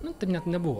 nu tai net nebuvo